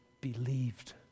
believed